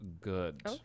good